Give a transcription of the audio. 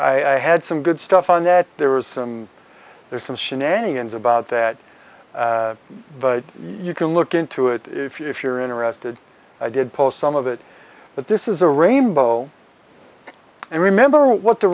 bar i had some good stuff on that there was some there's some shenanigans about that you can look into it if you're interested i did post some of it but this is a rainbow and remember what the